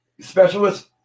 specialist